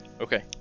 Okay